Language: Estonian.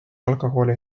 alkoholi